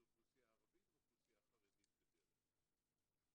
זה אוכלוסיה ערבית ואוכלוסיה חרדית בדרך כלל,